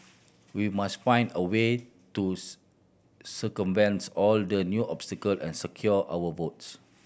we must find a way to circumvent all the new obstacle and secure our votes